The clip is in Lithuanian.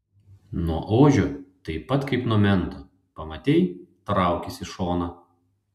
nuo ožio taip pat kaip nuo mento pamatei traukis į šoną